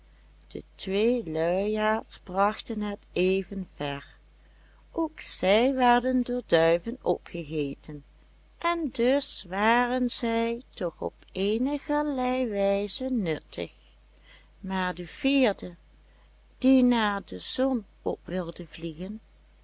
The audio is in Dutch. de twee luiaards brachten het even ver ook zij werden door duiven opgegeten en dus waren zij toch op eenigerlei wijze nuttig maar de vierde die naar de zon op wilde vliegen